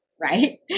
right